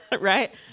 Right